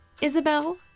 Isabel